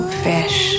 fish